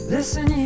Listen